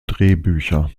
drehbücher